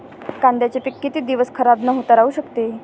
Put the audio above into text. कांद्याचे पीक किती दिवस खराब न होता राहू शकते?